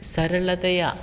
सरलतया